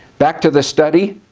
back to the study.